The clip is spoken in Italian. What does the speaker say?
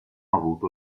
avuto